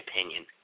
opinion